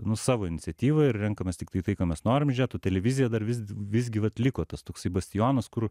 nu savo iniciatyva ir renkamės tiktai tai ką mes norim žiūrėt o televizija dar vis visgi vat liko tas toksai bastionas kur